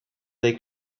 they